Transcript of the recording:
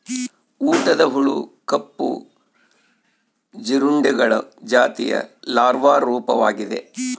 ಊಟದ ಹುಳು ಕಪ್ಪು ಜೀರುಂಡೆಗಳ ಜಾತಿಯ ಲಾರ್ವಾ ರೂಪವಾಗಿದೆ